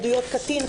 עדויות קטין,